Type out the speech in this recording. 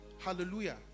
hallelujah